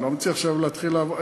אני לא מציע עכשיו להתחיל לעבור.